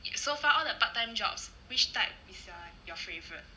so far all the part time jobs which type is uh your favourite